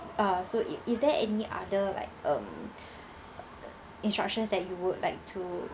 uh so i~ is there any other like um instructions that you would like to